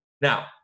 Now